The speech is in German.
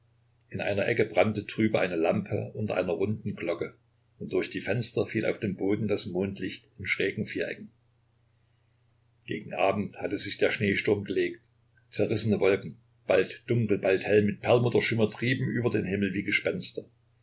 in einer ecke brannte trübe eine lampe unter einer runden glocke und durch die fenster fiel auf den boden das mondlicht in schrägen vierecken gegen abend hatte sich der schneesturm gelegt zerrissene wolken bald dunkel bald hell mit perlmutterschimmer trieben über den himmel wie gespenster